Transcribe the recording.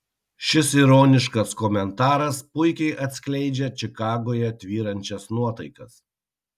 šis ironiškas komentaras puikiai atskleidžia čikagoje tvyrančias nuotaikas